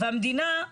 והמדינה,